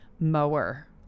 mower